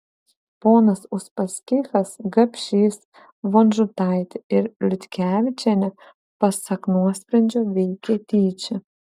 ponas uspaskichas gapšys vonžutaitė ir liutkevičienė pasak nuosprendžio veikė tyčia